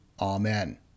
Amen